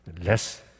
Less